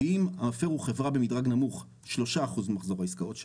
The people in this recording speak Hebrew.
ואם המפר הוא חברה במדרג נמוך 3% ממחזור העסקאות שלו,